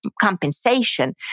compensation